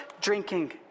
drinking